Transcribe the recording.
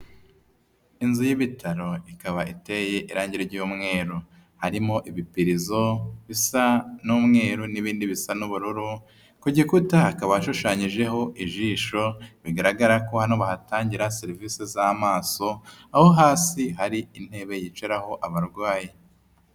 Inzu y'ibitaro ikaba iteye irange ry'umweru. Harimo ibipirizo bisa n'umweru n'ibindi bisa n'ubururu, ku gikuta hakaba hashushanyijeho ijisho, bigaragara ko hano bahatangira serivise z'amaso, aho hasi hari intebe yicaraho abarwayi.